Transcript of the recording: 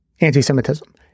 anti-Semitism